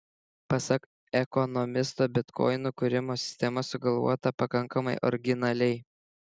pasak ekonomisto bitkoinų kūrimo sistema sugalvota pakankamai originaliai